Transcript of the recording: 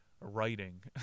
writing